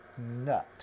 nut